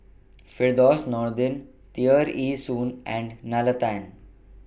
Firdaus Nordin Tear Ee Soon and Nalla Tan